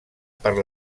per